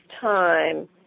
time